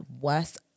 worst